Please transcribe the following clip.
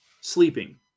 sleeping